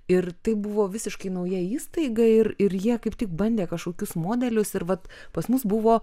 ir tai buvo visiškai nauja įstaiga ir ir jie kaip tik bandė kažkokius modelius ir vat pas mus buvo